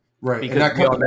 Right